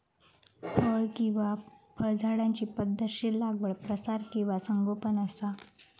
फळ किंवा फळझाडांची पध्दतशीर लागवड प्रसार किंवा संगोपन असा